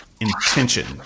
Intention